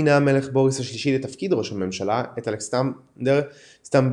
מינה המלך בוריס השלישי לתפקיד ראש הממשלה את אלכסנדר סטמבוליסקי